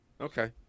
Okay